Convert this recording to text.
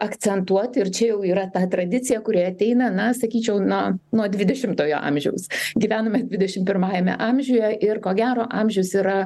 akcentuoti ir čia jau yra ta tradicija kuri ateina na sakyčiau na nuo dvidešimtojo amžiaus gyvename dvidešim pirmajame amžiuje ir ko gero amžius yra